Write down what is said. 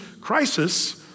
crisis